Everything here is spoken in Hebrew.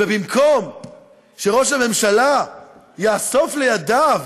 ובמקום שראש הממשלה יאסוף לידיו